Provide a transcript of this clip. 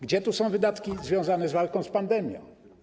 Gdzie tu są wydatki związane z walką z pandemią?